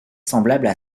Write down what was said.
semblables